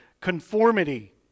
conformity